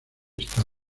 está